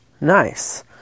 Nice